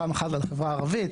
פעם אחת על החברה הערבית,